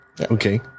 okay